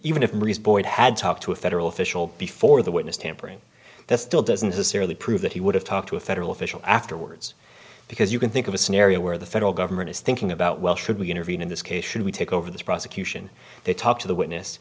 even if boyd had talked to a federal official before the witness tampering that still doesn't to serially prove that he would have talked to a federal official afterwards because you can think of a scenario where the federal government is thinking about well should we intervene in this case should we take over the prosecution they talk to the witness